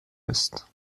ist